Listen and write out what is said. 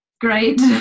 Great